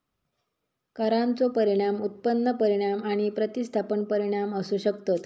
करांचो परिणाम उत्पन्न परिणाम आणि प्रतिस्थापन परिणाम असू शकतत